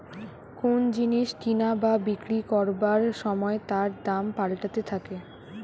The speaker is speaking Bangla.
কোন জিনিস কিনা বা বিক্রি করবার সময় তার দাম পাল্টাতে থাকে